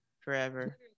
forever